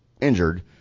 injured